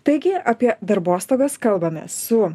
taigi apie darbostagas kalbamės su